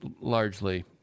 largely